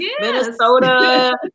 Minnesota